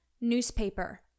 newspaper